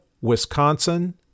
Wisconsin